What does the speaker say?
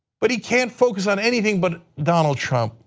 but he can't focus on anything but donald trump,